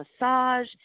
massage